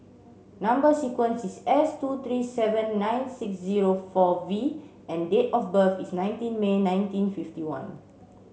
number sequence is S two three seven nine six zero four V and date of birth is nineteen May nineteen fifty one